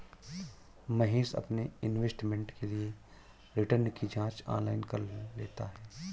महेश अपने इन्वेस्टमेंट के लिए रिटर्न की जांच ऑनलाइन कर लेता है